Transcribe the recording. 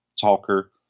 talker